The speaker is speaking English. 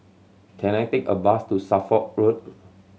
can I take a bus to Suffolk Road